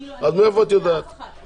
אני לא מכירה אף אחת,